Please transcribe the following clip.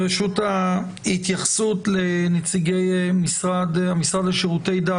רשות ההתייחסות לנציגי המשרד לשירותי דת,